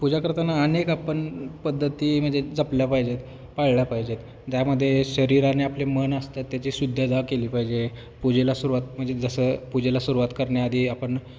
पूजा करताना अनेक आपण पद्धती म्हणजे जपल्या पाहिजेत पाळल्या पाहिजेत त्यामध्ये शरीराने आपले मन असतात त्याची शुद्धता केली पाहिजे पूजेला सुरुवात म्हणजे जसं पूजेला सुरुवात करण्याआधी आपण